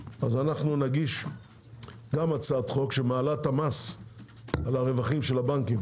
נגיש גם הצעת חוק שמעלה את המס על הרווחים של הבנקים